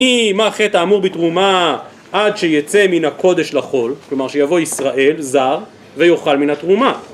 ‫היא, מה חטא האמור בתרומה ‫עד שיצא מן הקודש לחול, ‫כלומר, שיבוא ישראל, זר, ‫ויאכל מן התרומה.